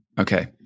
Okay